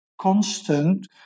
constant